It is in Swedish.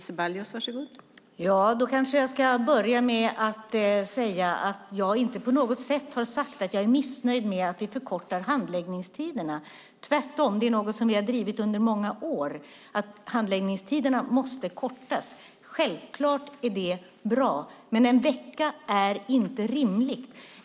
Fru talman! Då kanske jag ska börja med att säga att jag inte på något sätt har sagt att jag är missnöjd med att vi förkortar handläggningstiderna, tvärtom. Att handläggningstiderna måste kortas är något som vi har drivit under många år. Självklart är det bra, men en vecka är inte rimligt.